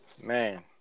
Man